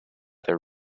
their